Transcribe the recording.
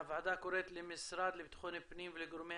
הוועדה קוראת למשרד לבטחון פנים ולגורמי